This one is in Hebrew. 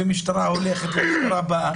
ומשטרה הולכת ומשטרה באה.